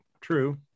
true